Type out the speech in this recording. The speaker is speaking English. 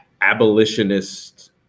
abolitionist